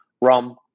rum